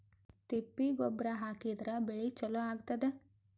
ತಿಪ್ಪಿ ಗೊಬ್ಬರ ಹಾಕಿದ್ರ ಬೆಳಿ ಚಲೋ ಆಗತದ?